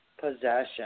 Possession